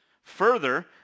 Further